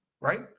right